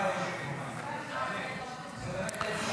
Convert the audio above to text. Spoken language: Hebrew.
נתקבל.